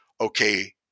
okay